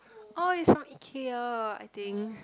oh is from Ikea I think